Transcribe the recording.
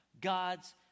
God's